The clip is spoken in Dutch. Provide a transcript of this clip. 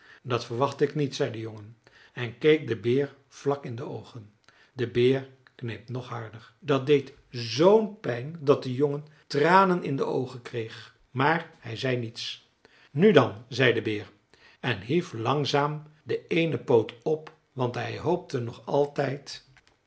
dat verwacht ik niet zei de jongen en keek den beer vlak in de oogen de beer kneep nog harder dat deed zoo'n pijn dat de jongen tranen in de oogen kreeg maar hij zei niets nu dan zei de beer en hief langzaam den eenen poot op want hij hoopte nog altijd